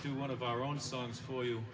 do one of our own songs for you